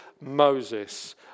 Moses